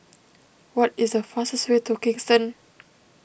what is the fastest way to Kingston